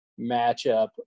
matchup